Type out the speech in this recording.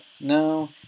No